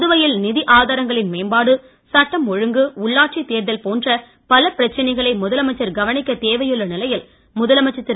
புதுவையில் நிதி ஆதாரங்களின் மேம்பாடு சட்டம் ஒழுங்கு உள்ளாட்சி தேர்தல் போன்ற பல பிரச்சனைகளை முதலமைச்சர் கவனிக்க தேவையுள்ள நிலையில் முதலமைச்சர் திரு